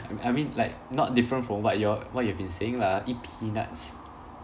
I I mean like not different from what you all what you have been saying lah eat peanuts